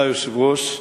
היושב-ראש,